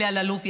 אלי אלאלוף,